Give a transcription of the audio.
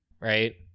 right